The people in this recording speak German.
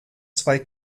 zwei